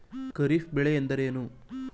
ಖಾರಿಫ್ ಬೆಳೆ ಎಂದರೇನು?